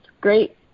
great